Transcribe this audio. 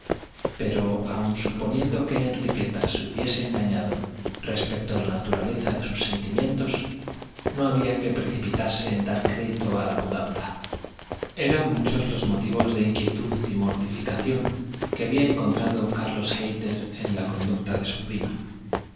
pero aun suponiendo que enriqueta se hubiese engañado respecto a la naturaleza de sus entimientos no había que precipitarse en dar crédito a la mudanza eran muchos los motivos de inquietud y mortificación que había encontrado carlos hayter en la conducta de su prima